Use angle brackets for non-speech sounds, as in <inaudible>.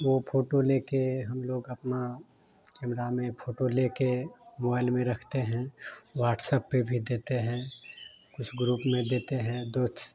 वो फोटो लेके हम लोग अपना कैमरा में फोटो लेके मोआईल में रखते हैं वाट्सअप पे भी देते हैं कुछ ग्रुप में देते हैं <unintelligible>